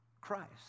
Christ